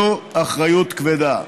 זאת אחריות כבדה.